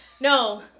No